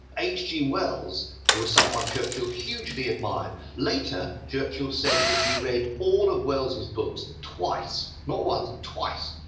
hg wells was someone churchill hugely admired. later churchill said that he read all of wells's books twice, not once, twice.